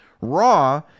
Raw